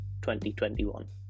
2021